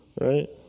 Right